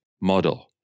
model